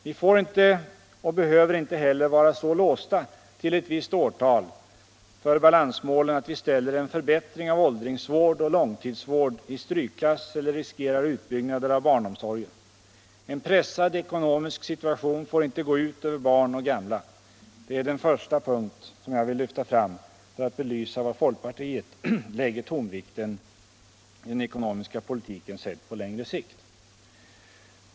Vi får inte och behöver inte heller vara så låsta till ett visst årtal för balansmålen att vi ställer en förbättring av åldringsvård och långtidsvård i strykklass eller riskerar utbyggnader av barnomsorgen. En pressad ekonomisk situation får inte gå ut över barn och gamla. Det är den första punkt jag vill lyfta fram för att belysa var folkpartiet lägger tonvikten i den ekonomiska politiken sedd på längre sikt.